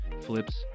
flips